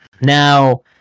Now